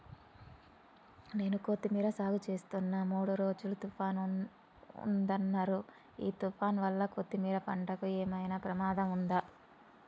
నేను కొత్తిమీర సాగుచేస్తున్న మూడు రోజులు తుఫాన్ ఉందన్నరు ఈ తుఫాన్ వల్ల కొత్తిమీర పంటకు ఏమైనా ప్రమాదం ఉందా?